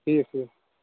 ٹھیٖک ٹھیٖک